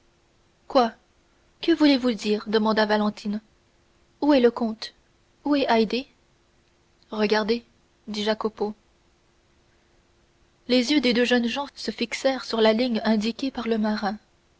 quoi que voulez-vous dire demanda valentine où est le comte où est haydée regardez dit jacopo les yeux des deux jeunes gens se fixèrent sur la ligne indiquée par le marin